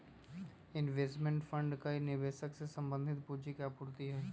investment fund कई निवेशक से संबंधित पूंजी के आपूर्ति हई